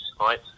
right